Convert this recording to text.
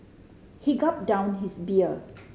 he gulped down his beer